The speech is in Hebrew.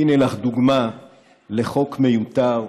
הינה לך דוגמה לחוק מיותר,